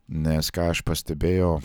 nes ką aš pastebėjau